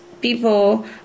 people